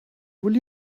will